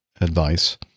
Advice